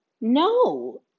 No